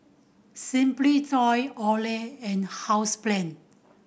Simply Toy Olay and Housebrand